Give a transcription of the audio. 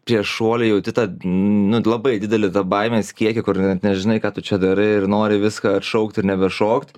prieš šuolį jauti tą nu labai didelį baimės kiekį kur ir net nežinai ką tu čia darai ir nori viską atšaukt ir nebešokt